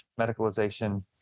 medicalization